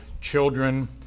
children